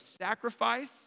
sacrifice